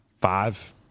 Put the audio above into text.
Five